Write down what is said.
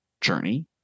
journey